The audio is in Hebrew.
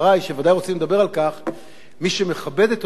מי שמכבד את עולם המשפט והמשפטנים צריך לזכור